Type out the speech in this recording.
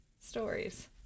stories